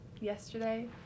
Yesterday